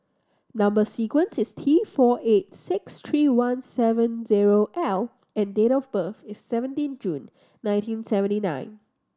number sequence is T four eight six three one seven zero L and date of birth is seventeen June nineteen seventy nine